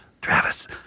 Travis